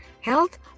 health